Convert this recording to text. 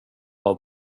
var